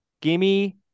Gimme